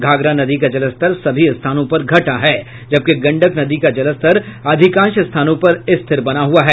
घाघरा नदी का जलस्तर सभी स्थानों पर घटा है जबकि गंडक नदी का जलस्तर अधिकांश स्थानों पर स्थिर बना हुआ है